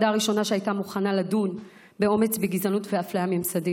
הראשונה שהייתה מוכנה לדון באומץ בגזענות ובאפליה ממסדית.